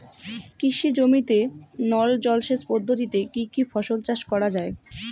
কৃষি জমিতে নল জলসেচ পদ্ধতিতে কী কী ফসল চাষ করা য়ায়?